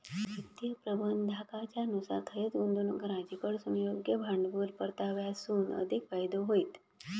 वित्तीय प्रबंधाकाच्या नुसार थंयंच गुंतवणूक करा जिकडसून योग्य भांडवल परताव्यासून अधिक फायदो होईत